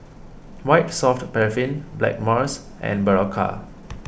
White Soft Paraffin Blackmores and Berocca